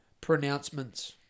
pronouncements